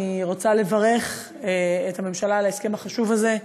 אני רוצה לברך את הממשלה על ההסכם החשוב הזה.